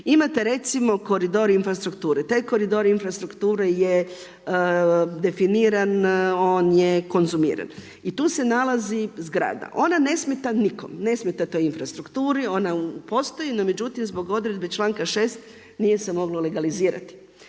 Imate recimo koridor infrastrukture, taj koridor infrastrukture je definiran, on je konzumiran. I tu se nalazi zgrada. Ona ne smeta nikom, ne smeta toj infrastrukturi, ona postoji no međutim zbog odredbe članka 6. nije se moglo legalizirati.